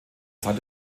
zeit